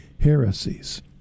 heresies